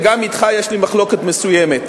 וגם אתך יש לי מחלוקת מסוימת,